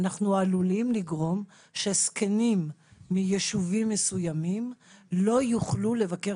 אנחנו עלולים לגרום שזקנים מישובים מסוימים לא יוכלו לבקר